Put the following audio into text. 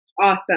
Awesome